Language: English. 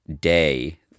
Day